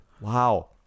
Wow